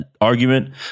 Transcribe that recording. argument